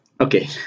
Okay